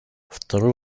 второй